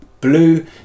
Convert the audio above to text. blue